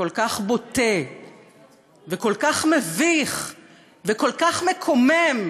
וכל כך בוטה וכל כך מביך וכל כך מקומם.